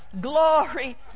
Glory